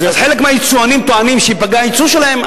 חלק מהיצואנים טוענים שייפגע היצוא שלהם?